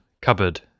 Cupboard